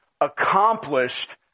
accomplished